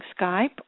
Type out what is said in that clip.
Skype